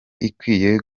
ikwiye